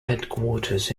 headquarters